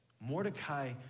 Mordecai